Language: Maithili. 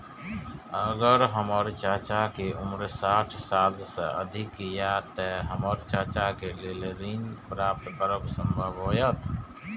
अगर हमर चाचा के उम्र साठ साल से अधिक या ते हमर चाचा के लेल ऋण प्राप्त करब संभव होएत?